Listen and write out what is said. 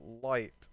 light